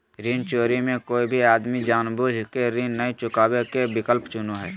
ऋण चोरी मे कोय भी आदमी जानबूझ केऋण नय चुकावे के विकल्प चुनो हय